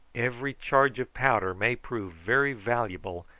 every charge of powder may prove very valuable,